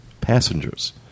passengers